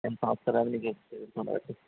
ఎన్ని సంవత్సరాలు నీకు ఎక్స్పీరియన్స్ ఉండబట్టి